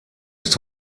ist